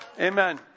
Amen